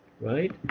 right